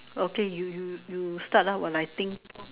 okay you you you start lah while I think